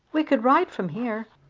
we could ride from here.